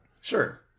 Sure